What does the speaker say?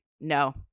no